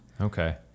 Okay